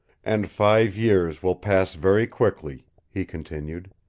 and five years will pass very quickly, he continued.